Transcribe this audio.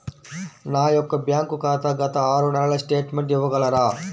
నా యొక్క బ్యాంక్ ఖాతా గత ఆరు నెలల స్టేట్మెంట్ ఇవ్వగలరా?